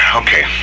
okay